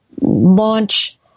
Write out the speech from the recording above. launch